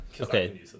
okay